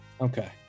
okay